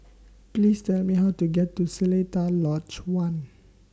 Please Tell Me How to get to Seletar Lodge one